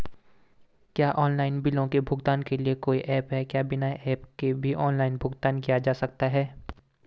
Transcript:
क्या ऑनलाइन बिलों के भुगतान के लिए कोई ऐप है क्या बिना ऐप के भी ऑनलाइन भुगतान किया जा सकता है?